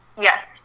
yes